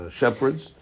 shepherds